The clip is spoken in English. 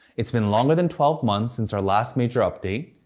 it's been longer than twelve months since our last major update,